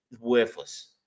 worthless